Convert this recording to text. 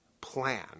plan